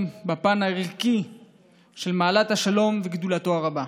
בפן הערכי של מעלת השלום וגדולתו הרבה.